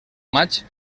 maig